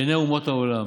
בעיני אומות העולם?